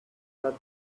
had